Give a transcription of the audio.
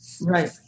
Right